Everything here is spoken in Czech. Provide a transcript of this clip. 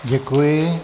Děkuji.